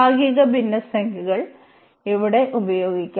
ഭാഗിക ഭിന്നസംഖ്യകൾ ഇവിടെ ഉപയോഗിക്കാം